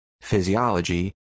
physiology